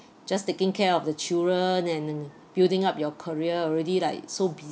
just taking care of the children and building up your career already like so